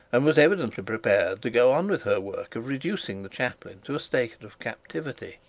and was evidently prepared to go on with her work of reducing the chaplain to a state of captivity.